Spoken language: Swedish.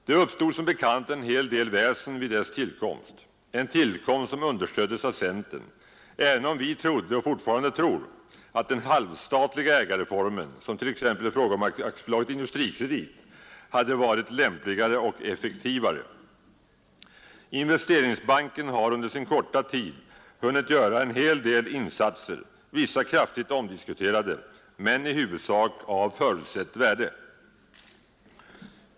Det uppstod som bekant en hel del väsen vid dess tillkomst, en tillkomst som understöddes av centern, även om vi trodde och fortfarande tror att den halvstatliga ägareformen, som t.ex. i fråga om AB Industrikredit, hade varit lämpligare och effektivare. Investeringsbanken har under sin korta tid hunnit göra en hel del insatser, vissa kraftigt omdiskuterade, men i huvudsak av förutsett värde.